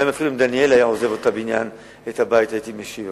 אפילו אם דניאל היה עוזב את הבית הייתי משיב.